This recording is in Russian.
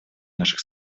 наших